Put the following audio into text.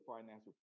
financial